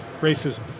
racism